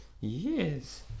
Yes